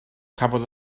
cafodd